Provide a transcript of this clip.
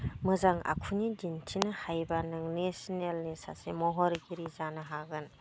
मोजां आखुनि दिन्थिनो हायोब्ला नोंनि सिनेलनि सासे महरगिरि जानो हागोन